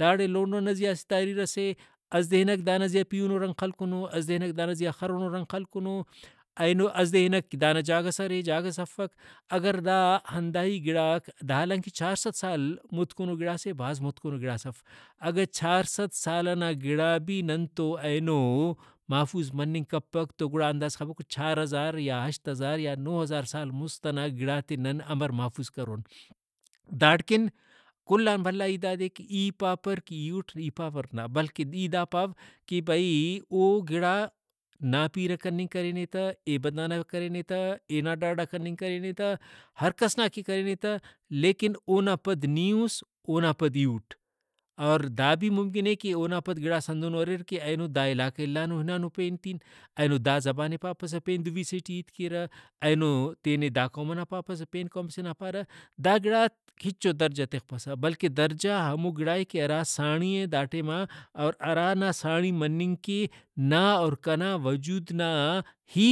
داڑے لوم من اسہ تحریر سے اسہ دے ہنک دانا زیہا پیہنو رنگ خلکنو اسہ دے ہنک دانا زیہا خرۤنو رنگ خلکنو اینو اسہ دے ہنک دانا جاگہس ارے جاگہس افک اگر دا ہندا ہی گڑاک دا حالانکہ چھار صد سال مُتکنو گڑاسے بھاز متکنو گڑاس اف۔ اگہ چھار صد سال ئنا گڑا بھی ننتو اینو محفوظ مننگ کپک تو گڑا اندازہ کبو کہ چھار ہزار یا ہشت ہزار یا نہہ ہزار سال مست ئنا گڑا تے نن ہمر محفوظ کرون۔ داڑکن کل آن بھلا ہیت دادے کہ ای پاپر کہ ای اٹ ای پاپر بلکہ ای دا پاو کہ بھئی او گڑا نا پیرہ کننگ کرینے تہ اے بندغ نا کرینے تہ اے نا ڈاڈا کننگ کرینے تہ ہرکس نا کہ کرینے تہ لیکن اونا پد نی اُس اونا پد ای اٹ۔ اور دا بھی ممکن اے کہ اونا پد گڑاس ہندنو اریر کہ اینو دا علاقہ ئے اِلانو ہنانو پین تین اینو دا زبان ئے پاپسہ پین دُوی سے ٹی ہیت کیرہ اینو تینے قوم ئنا پاپسہ پین قوم ئسے نا پارہ دا گڑاک ہچو درجہ تخپسہ بلکہ درجہ ہمو گڑائے کہ ہرا ساڑی اے دا ٹائما اور ہرانا ساڑی مننگ کہ نا اور کنا وجود نا ہی